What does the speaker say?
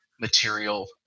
material